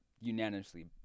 unanimously